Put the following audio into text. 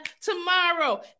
tomorrow